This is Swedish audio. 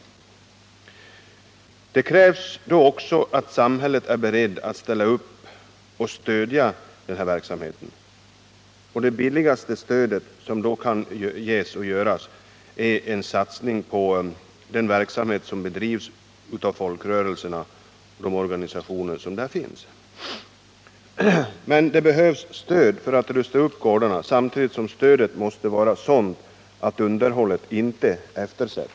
Vidare krävs att samhället är berett att stödja verksamheten. Det billigaste stödet är då en satsning på den verksamhet som bedrivs av folkrörelsernas organisationer. Men det behövs stöd för att rusta upp gårdarna, varvid stödet måste vara så utformat att underhållet inte blir eftersatt.